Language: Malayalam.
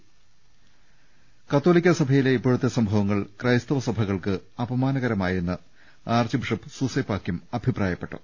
്മ് കതോലിക്കാ സഭയിലെ ഇപ്പോഴത്തെ സംഭവങ്ങൾ ക്രൈസ്തവ സഭകൾക്ക് അപമാനകരമായെന്ന് ആർച്ച് ബിഷപ് സൂസെപാക്യം അഭിപ്രായപ്പെട്ടു